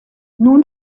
nun